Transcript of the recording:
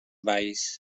valls